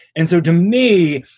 and so to me,